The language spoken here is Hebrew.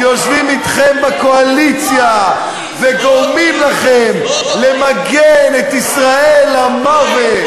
שיושבים אתכם בקואליציה וגורמים לכם למגן את ישראל למוות.